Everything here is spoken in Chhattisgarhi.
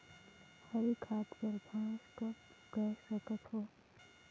हरी खाद बर घास कब उगाय सकत हो?